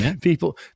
people